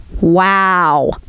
Wow